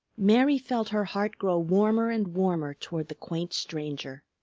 mary felt her heart grow warmer and warmer toward the quaint stranger.